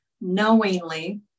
knowingly